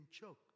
choked